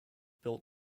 built